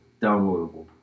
downloadable